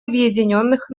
объединенных